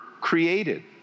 created